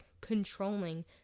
controlling